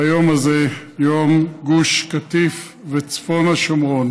ביום הזה, יום גוש קטיף וצפון השומרון.